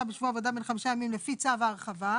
בשבוע עבודה בן 5 ימים לפי צו ההרחבה,